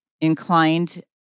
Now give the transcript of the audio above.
inclined